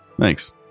thanks